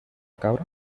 cabra